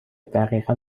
دقیقا